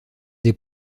des